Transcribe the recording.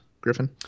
Griffin